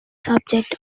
subject